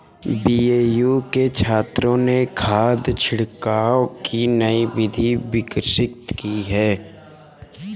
BAU के छात्रों ने खाद छिड़काव की नई विधि विकसित की है